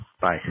Bye